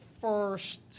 first